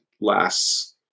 lasts